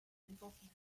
défensif